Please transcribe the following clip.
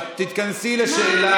את תתכנסי לשאלה